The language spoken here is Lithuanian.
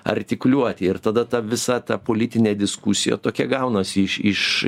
artikuliuoti ir tada ta visa ta politinė diskusija tokia gaunasi iš iš